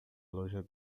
loja